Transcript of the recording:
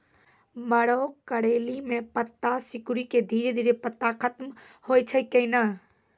मरो करैली म पत्ता सिकुड़ी के धीरे धीरे पत्ता खत्म होय छै कैनै?